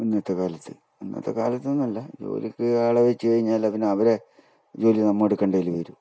ഇന്നത്തെ കാലത്ത് ഇന്നത്തെ കാലത്ത് എന്നല്ല ജോലിക്ക് ആളെ വച്ച് കഴിഞ്ഞാൽ പിന്നെ അവരെ ജോലി നമ്മൾ എടുക്കേണ്ടി വരും